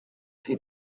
fait